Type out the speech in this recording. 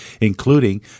including